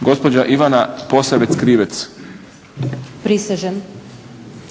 gospođa Ivana Posavec-Krivec-prisežem,